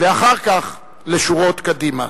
ואחר כך לשורות קדימה.